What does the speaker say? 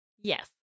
yes